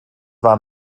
war